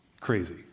Crazy